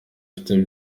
afite